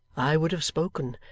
i would have spoken,